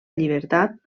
llibertat